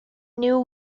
new